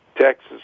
Texas